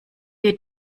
wir